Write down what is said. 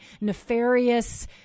nefarious